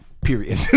period